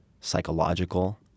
psychological